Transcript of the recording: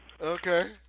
Okay